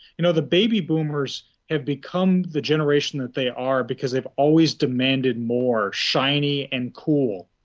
you know the baby boomers have become the generation that they are because they've always demanded more, shiny and cool.